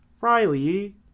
Riley